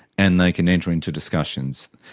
and they can enter into discussions.